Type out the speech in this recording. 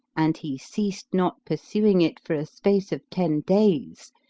and he ceased not pursuing it for a space of ten days,